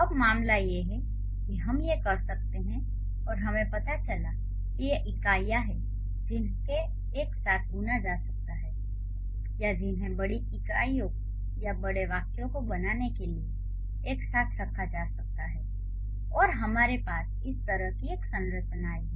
अब मामला यह है कि हम ये कर सकते हैं और हमें पता चला कि ये इकाइयाँ हैं जिन्हें एक साथ बुना जा सकता है या जिन्हें बड़ी इकाइयों या बड़े वाक्यों को बनाने के लिए एक साथ रखा जा सकता है और हमारे पास इस तरह की एक संरचना है